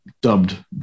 Dubbed